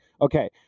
Okay